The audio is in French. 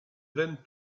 veine